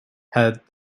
had